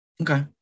Okay